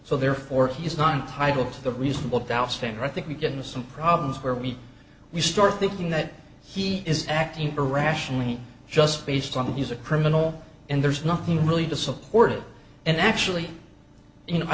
so therefore he's not entitled to the reasonable doubt standard i think we get into some problems where we we start thinking that he is acting irrationally just based on he's a criminal and there's nothing really to support it and actually you know i